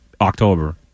October